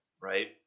right